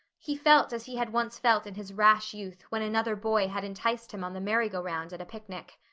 he felt as he had once felt in his rash youth when another boy had enticed him on the merry-go-round at a picnic.